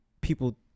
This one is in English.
people